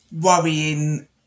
worrying